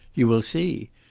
you will see!